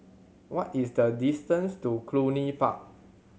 what is the distance to Cluny Park